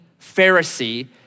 Pharisee